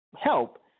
help